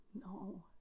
No